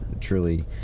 truly